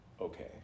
okay